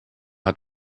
hat